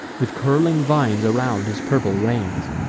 with curling vines around his purple reins.